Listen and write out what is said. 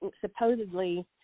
supposedly